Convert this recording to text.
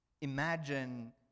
imagine